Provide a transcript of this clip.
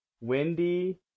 windy